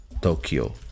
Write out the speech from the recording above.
Tokyo